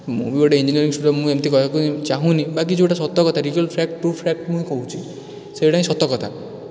ମୁଁ ବି ଗୋଟେ ଇଞ୍ଜିନିୟରିଙ୍ଗ୍ ସ୍ଟୁଡେଣ୍ଟ୍ ମୁଁ ଏମିତି କହିବା ପାଇଁ ଚାହୁଁନି ବାକି ଯେଉଁଟା ସତ କଥା ରିଅଲ୍ ଫ୍ୟାକ୍ଟ୍ ଟ୍ରୁ ଫ୍ୟାକ୍ଟ୍ ହିଁ ମୁଁ କହୁଛି ସେଇଟା ହିଁ ସତ କଥା